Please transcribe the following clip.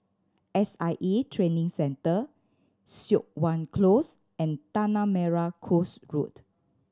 S I A Training Centre Siok Wan Close and Tanah Merah Coast Road